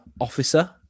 officer